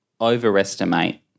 overestimate